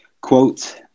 quote